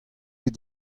ket